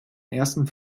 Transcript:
ersten